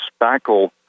spackle